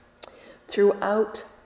Throughout